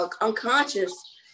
unconscious